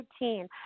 routine